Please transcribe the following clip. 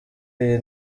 yiyi